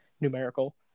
numerical